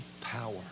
power